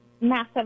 massive